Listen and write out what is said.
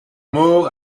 mor